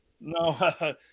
No